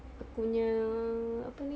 aku punya apa ni